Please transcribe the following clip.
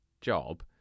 job